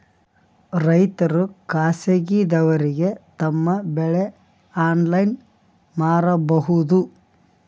ರೈತರು ಖಾಸಗಿದವರಗೆ ತಮ್ಮ ಬೆಳಿ ಆನ್ಲೈನ್ ಮಾರಬಹುದು?